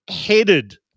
headed